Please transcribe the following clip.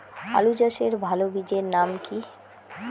আলু চাষের ভালো বীজের নাম কি?